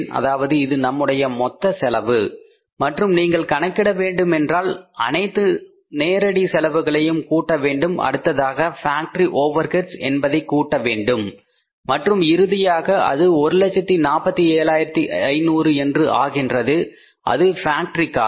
அதாவது இது நம்முடைய மொத்த செலவு மற்றும் நீங்கள் கணக்கிட வேண்டும் என்றால் அனைத்து நேரடி செலவுகளையும் கூட்ட வேண்டும் அடுத்ததாக ஃபேக்டரி ஓவர் ஹெட்ஸ் என்பதை கூட்ட வேண்டும் மற்றும் இறுதியாக அது 147500 என்று ஆகின்றது அது ஃபேக்டரி காஸ்ட்